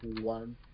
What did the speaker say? one